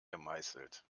gemeißelt